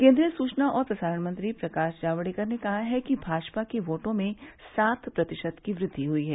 केंद्रीय सुचना और प्रसारण मंत्री प्रकाश जावडेकर ने कहा है कि भाजपा के बोटों में सात प्रतिशत की वृद्धि हुई है